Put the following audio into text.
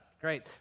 great